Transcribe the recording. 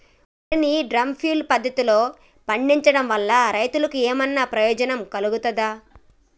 వరి ని drum feed పద్ధతిలో పండించడం వల్ల రైతులకు ఏమన్నా ప్రయోజనం కలుగుతదా?